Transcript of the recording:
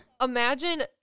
imagine